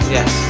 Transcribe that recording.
Yes